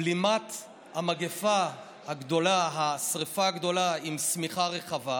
בלימת המגפה הגדולה, השרפה הגדולה, עם שמיכה רחבה,